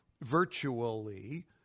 virtually